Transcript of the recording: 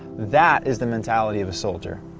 that is the mentality of a soldier.